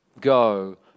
Go